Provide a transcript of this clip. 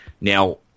Now